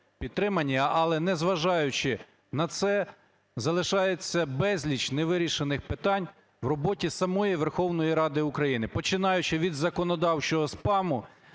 підтримані, але, незважаючи на це, залишається безліч невирішених питань в роботі самої Верховної Ради України, починаючи від законодавчого спаму,